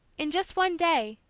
in just one day,